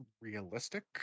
realistic